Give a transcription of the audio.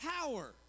Power